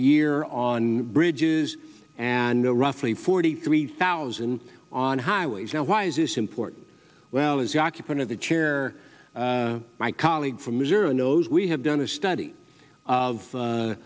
year on bridges and a roughly forty three thousand on highways now why is this important well as the occupant of the chair my colleague from missouri knows we have done a study of